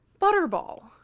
butterball